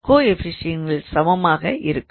கோஎஃப்பிஷியண்ட்கள் சமமாக இருக்கும்